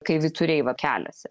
kai vyturiai va keliasi